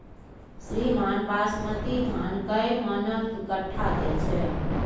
श्रीमान बासमती धान कैए मअन के कट्ठा दैय छैय?